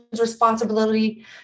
responsibility